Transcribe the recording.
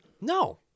No